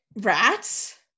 rats